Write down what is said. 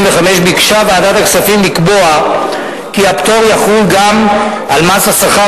175 ביקשה ועדת הכספים לקבוע כי הפטור יחול גם על מס השכר